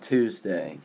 Tuesday